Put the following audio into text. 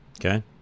Okay